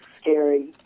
scary